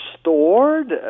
stored